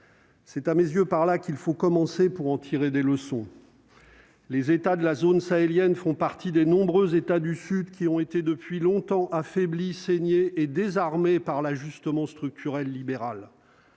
C'est à mes yeux par là qu'il faut commencer pour en tirer des leçons. Les États de la zone sahélienne font partie des nombreux États du sud qui ont été depuis longtemps affaibli saigner et désarmé par l'ajustement structurel libéral.